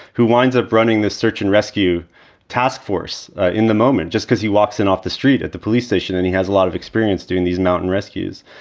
who winds up running the search and rescue task force in the moment, because he walks in off the street at the police station and he has a lot of experience doing these mountain rescues.